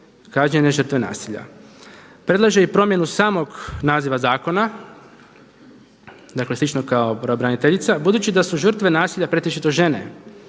kažnjene žrtve nasilja. Predlaže i promjenu samog naziva zakona dakle slično kao pravobraniteljica, budući da su žrtve nasilja pretežito žene,